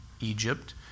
Egypt